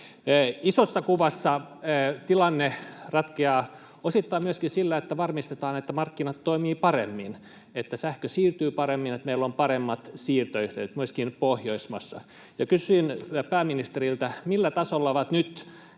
Isossa kuvassa tilanne ratkeaa osittain myöskin sillä, että varmistetaan, että markkinat toimivat paremmin, että sähkö siirtyy paremmin, että meillä on paremmat siirtoyhteydet myöskin Pohjoismaissa. Kysyn pääministeriltä: millä tasolla ovat nyt